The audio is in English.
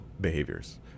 behaviors